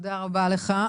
תודה רבה לך.